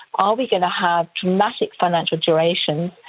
are we going to have dramatic financial duration?